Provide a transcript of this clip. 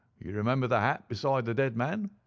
you remember the hat beside the dead man?